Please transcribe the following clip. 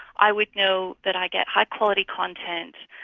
i would know that i get high-quality content,